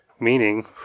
Meaning